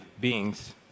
beings